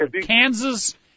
Kansas